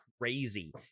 crazy